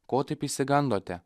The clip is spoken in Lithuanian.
ko taip išsigandote